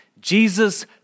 Jesus